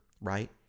right